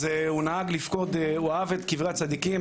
אז הוא נהג לפקוד את קברי הצדיקים,